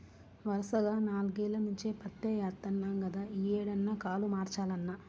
వరసగా నాల్గేల్ల నుంచి పత్తే యేత్తన్నాం గదా, యీ ఏడన్నా కాలు మార్చాలన్నా